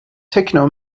techno